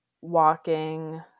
walking